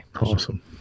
Awesome